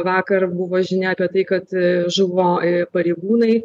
vakar buvo žinia apie tai kad žuvo ir pareigūnai